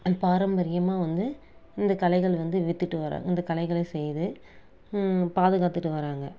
பாரம்பரியமாக வந்து இந்த கலைகள் வந்து விற்றுட்டு வாராங்க இந்த கலைகளை செய்து பாதுகாத்துகிட்டு வராங்க